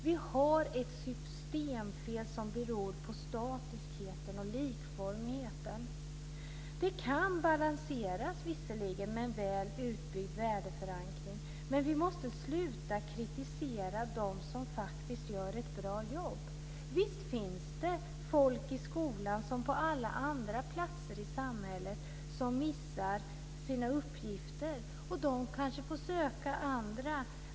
Vi har ett systemfel som beror på att det är statiskt och på likformigheten. Det kan balanseras, visserligen, med en väl utbyggd värdeförankring, men vi måste sluta kritisera dem som faktiskt gör ett bra jobb. Visst finns det folk i skolan, som på alla andra platser i samhället, som missar sina uppgifter. De kanske får söka andra.